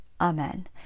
Amen